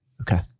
Okay